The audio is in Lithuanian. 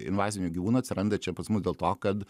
invazinių gyvūnų atsiranda čia pas mus dėl to kad